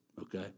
okay